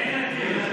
אין עתיד.